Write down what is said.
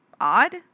odd